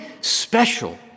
special